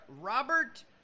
Robert